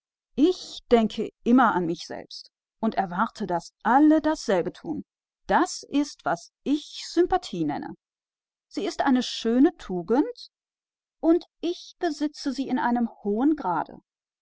ich denke immer an mich und erwarte von allen andern daß sie das gleiche tun das ist das was man sympathie nennt es ist eine schöne tugend und ich besitze sie in hohem grade